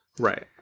Right